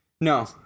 No